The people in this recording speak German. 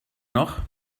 noch